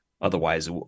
otherwise